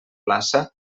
plaça